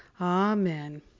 amen